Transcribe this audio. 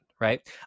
Right